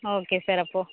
okay sir அப்போ